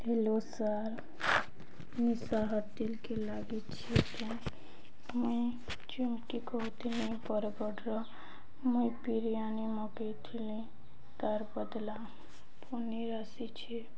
hello sir Misha ହୋଟେଲକେ ଲାଗିଛି ମୁଇଁ ଚୁମକି କହୁଥିଲିନି ପର୍ବଟର ମୁଇଁ ବିରିୟାନୀ ମଗାଇଥିଲି ତାର୍ ବଦଲା ପନି ଆଶିଛି